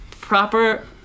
Proper